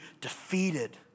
defeated